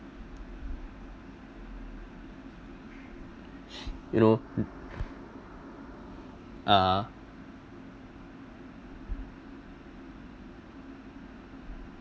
you know (uh huh)